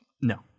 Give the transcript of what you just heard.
No